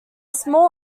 small